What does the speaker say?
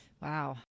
Wow